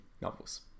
novels